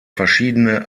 verschiedene